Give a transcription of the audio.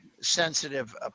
sensitive